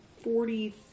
forty